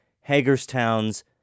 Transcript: Hagerstown's